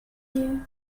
you